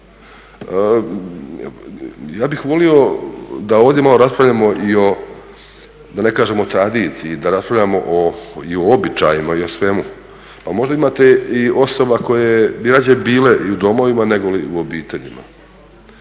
Ja bih volio da ovdje malo raspravljamo i o da ne kažem o tradiciji, da raspravljamo i o običajima i o svemu. Pa možda imate i osoba koje bi rađe bile i u domovima, negoli u obiteljima.